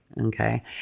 okay